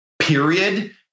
period